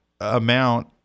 amount